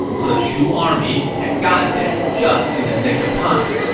so the shu army had gotten there just in the nick of time,